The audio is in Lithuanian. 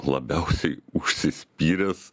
labiausiai užsispyręs